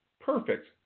Perfect